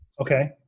Okay